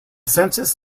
census